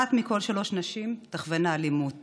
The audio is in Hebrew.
אחת מכל שלוש נשים תחווה אלימות